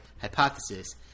hypothesis